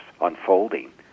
unfolding